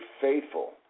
faithful